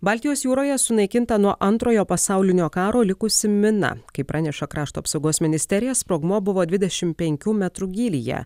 baltijos jūroje sunaikinta nuo antrojo pasaulinio karo likusi mina kaip praneša krašto apsaugos ministerija sprogmuo buvo dvidešimt penkių metrų gylyje